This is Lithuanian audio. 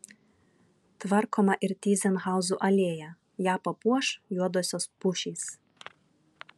tvarkoma ir tyzenhauzų alėja ją papuoš juodosios pušys